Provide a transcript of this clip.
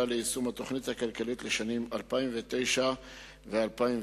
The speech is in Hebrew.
ליישום התוכנית הכלכלית לשנים 2009 ו-2010),